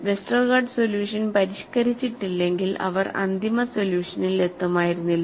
Westergaard solution പരിഷ്ക്കരിച്ചിട്ടില്ലെങ്കിൽ അവർ അന്തിമ സൊല്യൂഷനിൽ എത്തുമായിരുന്നില്ല